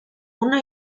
una